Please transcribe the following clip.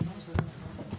אולי תסבירו את כל הסעיף הזה.